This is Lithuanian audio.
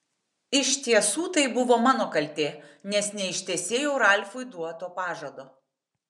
iš tiesų tai buvo mano kaltė nes neištesėjau ralfui duoto pažado